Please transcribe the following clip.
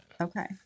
Okay